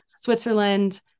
Switzerland